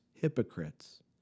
hypocrites